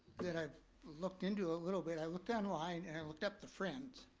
that i've looked into a little bit, i looked online, and looked up the friends.